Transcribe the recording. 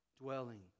dwelling